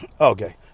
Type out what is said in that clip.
okay